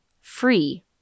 free